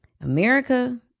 America